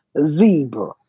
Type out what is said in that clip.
zebra